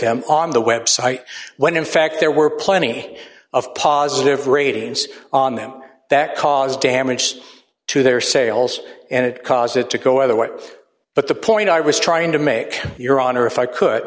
them on the website when in fact there were plenty of positive ratings on them that caused damage to their sales and it caused it to go either way but the point i was trying to make your honor if i could